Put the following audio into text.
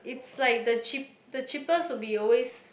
it's like the cheap the cheapest will be always